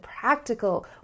practical